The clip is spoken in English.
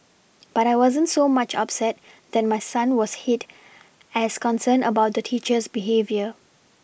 but I wasn't so much upset that my son was hit as concerned about the teacher's behaviour